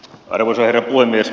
arvoisa herra puhemies